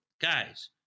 guys